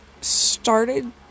started